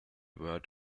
word